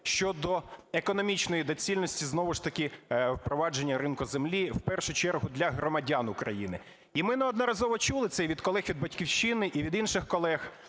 щодо економічної доцільності знову ж таки впровадження ринку землі, в першу чергу, для громадян України. І ми неодноразово чули це і від колег від "Батьківщини", і від інших колег,